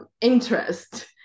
interest